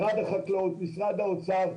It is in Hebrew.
משרד החקלאות, משרד האוצר,